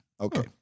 okay